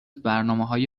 برنامههای